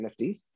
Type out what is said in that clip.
NFTs